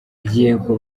yego